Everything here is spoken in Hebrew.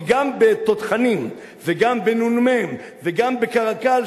כי גם בתותחנים וגם בנ"מ וגם בקרקל,